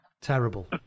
Terrible